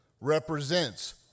represents